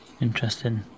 Interesting